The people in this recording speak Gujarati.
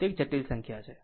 તે એક જટિલ સંખ્યા છે